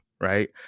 right